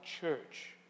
church